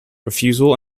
refusal